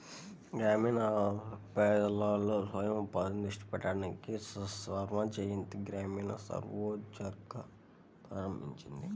గ్రామీణ పేదలలో స్వయం ఉపాధిని దృష్టి పెట్టడానికి స్వర్ణజయంతి గ్రామీణ స్వరోజ్గార్ ప్రారంభించింది